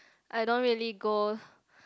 I don't really go